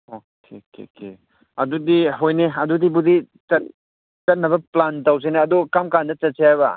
okay okay ꯀꯦ ꯑꯗꯨꯗꯤ ꯍꯣꯏꯅꯦ ꯑꯗꯨꯗꯤꯕꯨꯗꯤ ꯆꯠꯅꯕ ꯄ꯭ꯂꯥꯟ ꯇꯧꯁꯤꯅꯦ ꯑꯗꯨ ꯀꯔꯝ ꯀꯥꯟꯗ ꯆꯠꯁꯦ ꯍꯥꯏꯕ